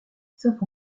sauf